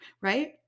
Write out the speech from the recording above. right